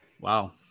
Wow